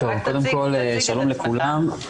שלום לכולם.